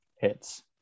hits